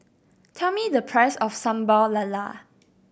tell me the price of Sambal Lala